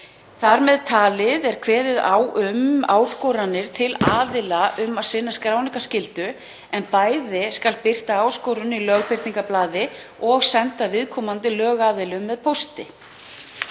Þar með talið er kveðið á um áskoranir til aðila um að sinna skráningarskyldu en bæði skal birta áskorun í lögbirtingablaði og senda viðkomandi lögaðilum með pósti.